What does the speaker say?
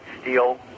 steel